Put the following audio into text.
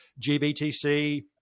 GBTC